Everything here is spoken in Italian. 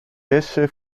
esse